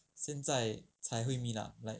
现在才会 meet up